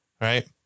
right